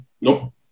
Nope